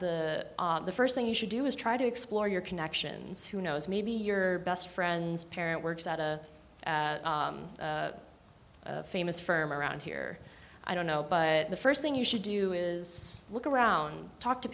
that the first thing you should do is try to explore your connections who knows maybe your best friend's parent works at a famous firm around here i don't know but the first thing you should do is look around talk to